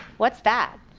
what's that?